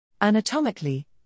Anatomically